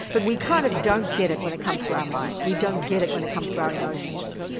but we kind of don't get it when it comes to our mind, we don't get it when it comes to our emotions.